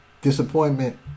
disappointment